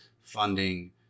funding